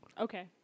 Okay